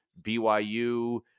BYU